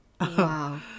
Wow